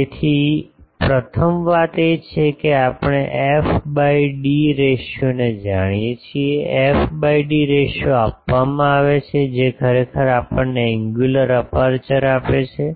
તેથી પ્રથમ વાત એ છે કે આપણે f બાય ડી રેશિયોને જાણીએ છીએ એફ બાય ડી રેશિયો આપવામાં આવે છે જે ખરેખર આપણને એન્ગ્યુલર અપેર્ચર આપે છે